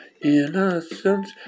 innocence